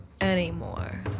Anymore